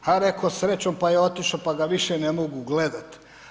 A rekao, srećom pa je otišao pa ga više ne mogu gledati.